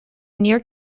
near